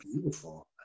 beautiful